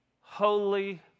holy